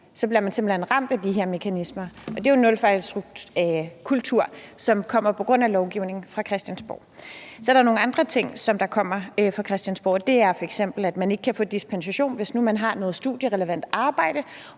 bliver man simpelt hen ramt af de her mekanismer. Og det er jo en nulfejlskultur, som kommer på grund af lovgivning fra Christiansborg. Så er der nogle andre ting, som også kommer fra Christiansborg. Det er f.eks., at man ikke kan få dispensation, hvis nu man har noget studierelevant arbejde,